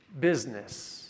business